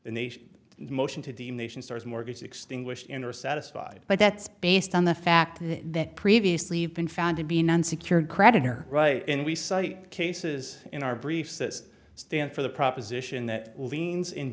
the nation motion to the nation stars mortgages extinguished interest satisfied but that's based on the fact that previously have been found to be an unsecured creditor right and we cite cases in our briefs this stand for the proposition that